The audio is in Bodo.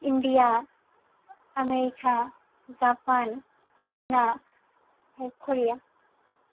India America Japan China Korea